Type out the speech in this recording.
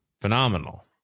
phenomenal